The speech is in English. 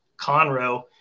Conroe